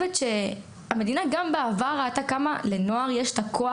המדינה גם בעבר כמה לנוער יש את הכוח